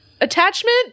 Attachment